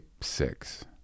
six